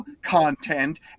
content